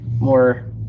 more